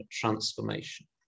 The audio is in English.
transformation